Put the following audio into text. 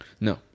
no